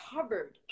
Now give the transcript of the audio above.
covered